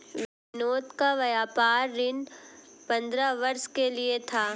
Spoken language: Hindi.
विनोद का व्यापार ऋण पंद्रह वर्ष के लिए था